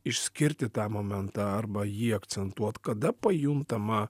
išskirti tą momentą arba jį akcentuot kada pajuntama